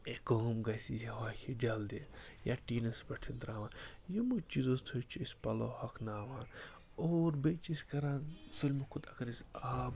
یہِ کٲم گژھہِ یہِ ہۄکھہِ جلدی یا ٹیٖنَس پٮ۪ٹھ چھِنہٕ ترٛاوان یِموٕے چیٖزو سۭتۍ چھِ أسۍ پَلوٚو ہۄکھناوان اور بیٚیہِ چھِ أسۍ کَران ساروٕے کھۄتہٕ اگر أسۍ آب